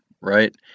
right